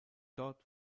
dort